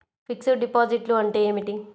Fixed డిపాజిట్లు అంటే ఏమిటి?